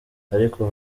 ariko